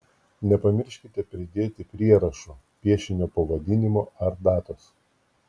nepamirškite pridėti prierašų piešinio pavadinimo ar datos